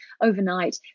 overnight